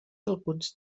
alguns